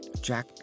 Jack